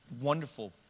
wonderful